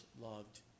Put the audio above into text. loved